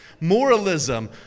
Moralism